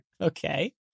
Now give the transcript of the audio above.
Okay